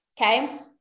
Okay